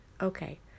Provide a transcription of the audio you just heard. Okay